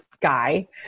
guy